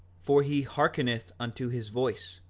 for he hearkeneth unto his voice,